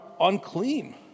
unclean